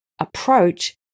approach